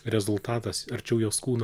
rezultatas arčiau jos kūno